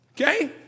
okay